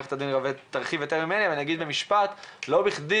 שעורכת דין רווה תרחיב, אבל אגיד במשפט, לא בכדי